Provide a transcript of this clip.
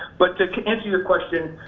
but to answer your question,